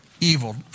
evil